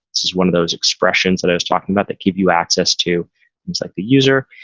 this is one of those expressions that i was talking about that give you access to things like the user.